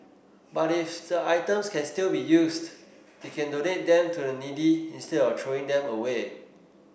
but if the items can still be used they can donate them to the needy instead of throwing them away